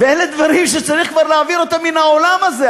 ואלה דברים שצריך כבר להעביר אותם מן העולם הזה,